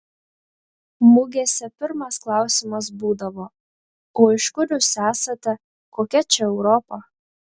mugėse pirmas klausimas būdavo o iš kur jūs esate kokia čia europa